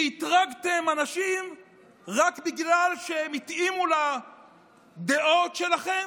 שאתרגתם אנשים רק בגלל שהם התאימו לדעות שלכם,